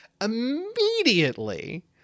immediately